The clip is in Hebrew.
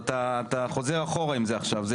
אתה חוזר אחורה עם זה עכשיו.